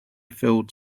filled